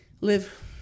Live